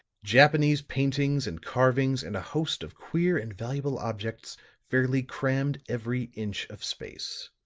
japanese paintings and carvings and a host of queer and valuable objects fairly crammed every inch of space.